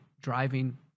driving